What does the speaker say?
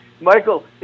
Michael